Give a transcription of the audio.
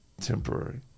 temporary